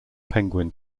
penguin